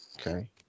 Okay